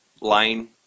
line